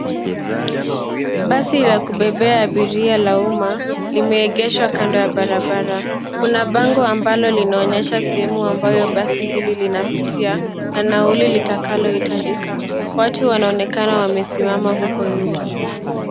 Basi la kubebea abiria la umma limeegeshwa kando ya barabara. Kuna bango ambalo linaonyesha sehemu ambayo basi hili linapitia na nauli litakalohitajika. Watu wanaonekana wamesimama huko nyuma.